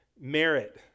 merit